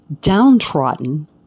downtrodden